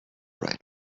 right